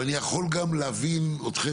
ואני יכול גם להבין אתכם,